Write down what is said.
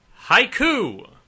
Haiku